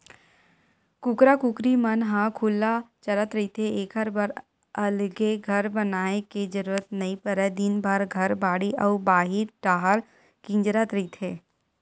कुकरा कुकरी मन ह खुल्ला चरत रहिथे एखर बर अलगे घर बनाए के जरूरत नइ परय दिनभर घर, बाड़ी अउ बाहिर डाहर किंजरत रहिथे